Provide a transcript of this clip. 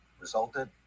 resulted